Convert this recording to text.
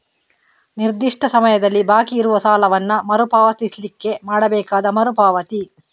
ನಿರ್ದಿಷ್ಟ ಸಮಯದಲ್ಲಿ ಬಾಕಿ ಇರುವ ಸಾಲವನ್ನ ಮರು ಪಾವತಿಸ್ಲಿಕ್ಕೆ ಮಾಡ್ಬೇಕಾದ ಮರು ಪಾವತಿ